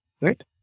Right